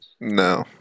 No